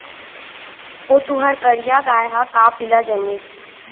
ओ तुंहर करिया गाय ह का पिला जनमिस?